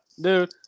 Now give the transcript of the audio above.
Dude